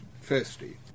Firstly